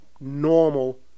normal